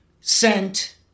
sent